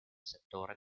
settore